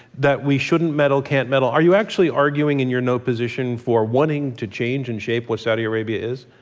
that we shouldn't meddle, can't meddle are you actually arguing in your no position for wanting to change and shape what saudi arabia is?